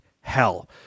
hell